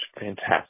fantastic